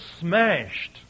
smashed